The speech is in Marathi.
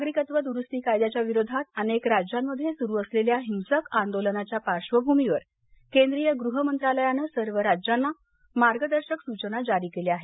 नागरिकत्व दुरुस्ती कायद्याच्या विरोधात अनेक राज्यांमध्ये सुरू असलेल्या हिंसक आंदोलनाच्या पार्श्वभूमीवर केंद्रीय गृह मंत्रालयानं सर्व राज्यांना मार्गदर्शक सूचना जारी केल्या आहेत